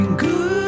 good